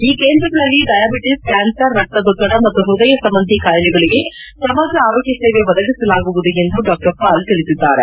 ಈ ಕೇಂದ್ರಗಳಲ್ಲಿ diabetes cancer ರಕ್ತದೊತ್ತಡ ಮತ್ತು ಹೃದಯ ಸಂಬಂಧಿ ಕಾಯಿಲೆಗಳಿಗೆ ಸಮಗ್ರ ಆರೋಗ್ಯ ಸೇವೆ ಒದಗಸಲಾಗುವುದು ಎಂದು ಡಾ ಪಾಲ್ ತಿಳಿಸಿದ್ದಾರೆ